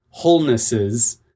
wholenesses